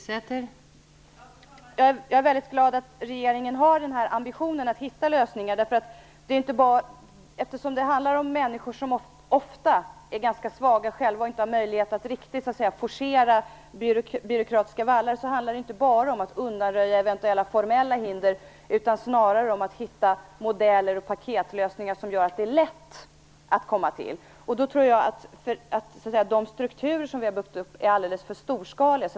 Fru talman! Jag är väldigt glad att regeringen har denna ambition att hitta lösningar. Eftersom det ofta rör sig om människor som är ganska svaga själva och inte har möjlighet att forcera byråkratiska vallar handlar det inte bara om att undanröja eventuella formella hinder utan snarare om att hitta modeller och paketlösningar som gör det här lättare. Jag tror då att de strukturer vi har byggt upp är alldeles för storskaliga.